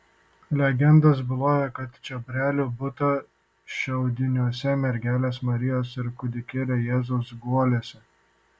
legendos byloja kad čiobrelių būta šiaudiniuose mergelės marijos ir kūdikėlio jėzaus guoliuose